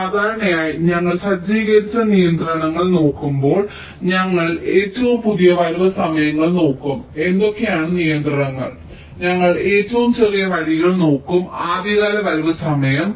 സാധാരണയായി നിങ്ങൾ സജ്ജീകരിച്ച നിയന്ത്രണങ്ങൾ നോക്കുമ്പോൾ ഞങ്ങൾ ഏറ്റവും പുതിയ വരവ് സമയങ്ങൾ നോക്കും എന്തൊക്കെയാണ് നിയന്ത്രണങ്ങൾ ഞങ്ങൾ ഏറ്റവും ചെറിയ വഴികൾ നോക്കും ആദ്യകാല വരവ് സമയം